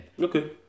Okay